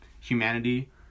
humanity